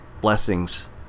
Blessings